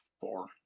four